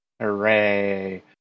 Hooray